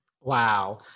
Wow